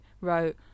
wrote